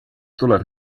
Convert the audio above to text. tuleb